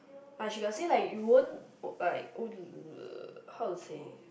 ah she got say like you won't like how to say